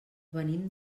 venim